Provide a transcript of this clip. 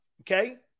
Okay